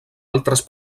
altres